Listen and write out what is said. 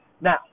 now